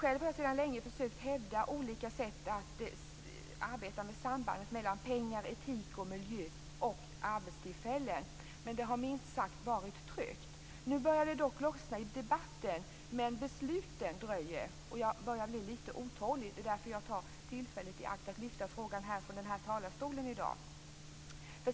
Själv har jag sedan länge försökt hävda olika sätt att arbeta med sambandet mellan pengar, etik, miljö och arbetstillfällen. Det har minst sagt varit trögt. Nu börjar det dock lossna i debatten, men besluten dröjer. Jag börjar bli lite otålig. Det är därför jag i dag tar tillfället i akt att lyfta fram frågan från den här talarstolen.